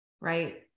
Right